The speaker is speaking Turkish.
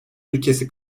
ülkesi